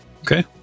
Okay